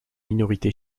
minorité